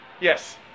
Yes